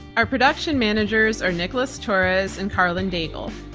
our production managers are nicholas torres and karlyn daigle.